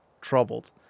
troubled